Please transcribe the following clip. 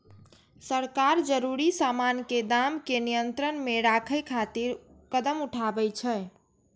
सरकार जरूरी सामान के दाम कें नियंत्रण मे राखै खातिर कदम उठाबै छै